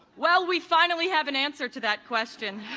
well, we finally have an answer to that question.